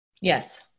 Yes